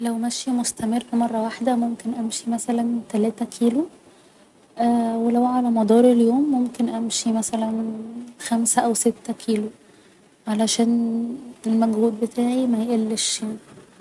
لو ماشية مستمر مرة واحدة ممكن امشي مثلا تلاتة كيلو و لو على مدار اليوم ممكن امشي مثلا خمسة او ستة كيلو علشان المجهود بتاعي ميقلش يعني